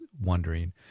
wondering